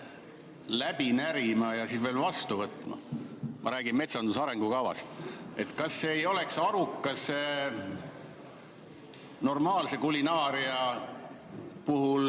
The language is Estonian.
läbi närima ja siis veel vastu võtma. Ma räägin metsanduse arengukavast. Kas ei oleks normaalse kulinaaria puhul